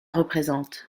représentent